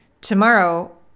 tomorrow